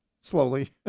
slowly